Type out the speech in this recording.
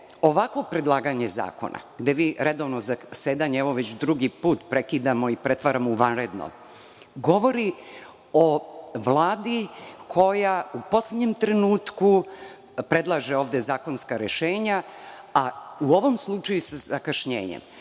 ovakvo predlaganje zakona, gde redovno zasedanje, već drugi put, prekidamo i pretvaramo u vanredno, govorim o Vladi koja u poslednjem trenutku predlaže zakonska rešenja, a u ovom slučaju sa zakašnjenjem. Naime,